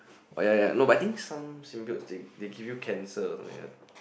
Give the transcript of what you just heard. oh ya ya no but I think some symbiotes they give you cancer something like that